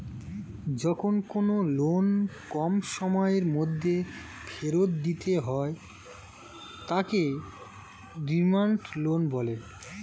যখন কোনো লোন কম সময়ের মধ্যে ফেরত দিতে হয় তাকে ডিমান্ড লোন বলে